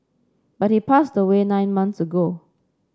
but he passed away nine months ago